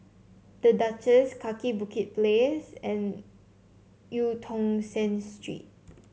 The Duchess Kaki Bukit Place and Eu Tong Sen Street